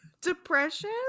depression